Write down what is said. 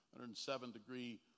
107-degree